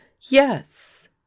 yes